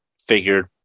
Figured